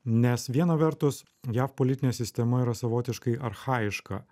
nes viena vertus jav politinė sistema yra savotiškai archajiška